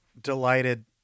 delighted